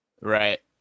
Right